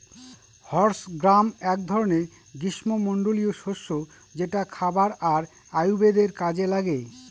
horse gram এক ধরনের গ্রীস্মমন্ডলীয় শস্য যেটা খাবার আর আয়ুর্বেদের কাজে লাগে